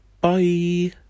Bye